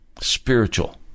spiritual